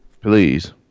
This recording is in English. Please